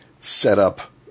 setup